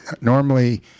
normally